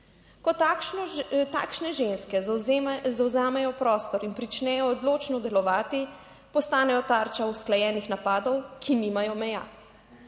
Ko takšne ženske zavzamejo prostor in pričnejo odločno delovati, postanejo tarča usklajenih napadov, ki nimajo meja.